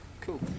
cool